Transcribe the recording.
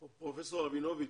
פרופ' רבינוביץ',